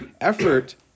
Effort